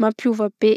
mampiova be.